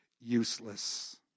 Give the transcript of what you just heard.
useless